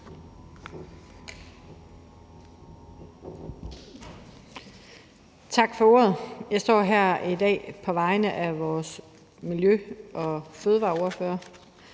Tak for ordet. Jeg står her i dag på vegne af vores miljø- og fødevareordfører,